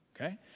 okay